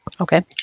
Okay